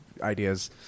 ideas